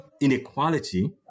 inequality